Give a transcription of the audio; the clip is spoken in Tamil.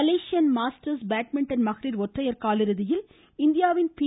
மலேசியன் மாஸ்டர்ஸ் பேட்மிட்டன் மகளிர் ஒற்றையர் காலிறுதியில் இந்தியாவின் பி